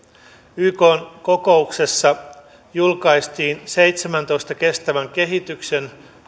ykn kokouksessa julkaistiin seitsemäntoista kestävän kehityksen